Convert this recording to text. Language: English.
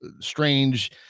strange